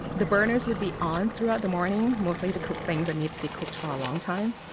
the burners would be on throughout the morning, mostly to cook things that needed to be cooked for a long time.